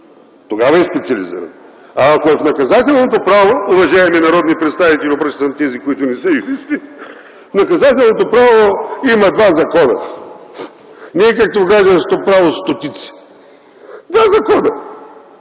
Тогава е специализиран. А ако е в наказателното право, уважаеми народни представители – обръщам се към тези, които не са юристи, в наказателното право има два закона. Не е както в гражданското право – стотици. Два закона.